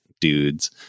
dudes